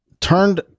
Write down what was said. turned